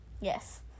Yes